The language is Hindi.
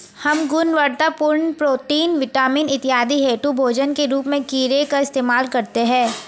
हम गुणवत्तापूर्ण प्रोटीन, विटामिन इत्यादि हेतु भोजन के रूप में कीड़े का इस्तेमाल करते हैं